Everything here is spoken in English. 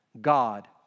God